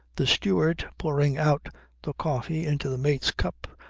the steward, pouring out the coffee into the mate's cup,